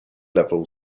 level